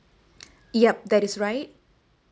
yup that is right